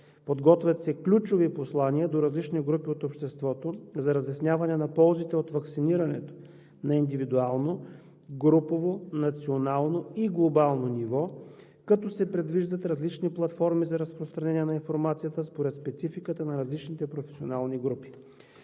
Подготвят се ключови послания до различни групи от обществото за разясняване на ползите от ваксинирането на индивидуално, групово, национално и глобално ниво, като се предвиждат различни платформи за разпространение на информацията според спецификата на различните професионални